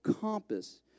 compass